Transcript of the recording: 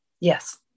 Yes